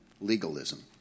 legalism